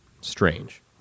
strange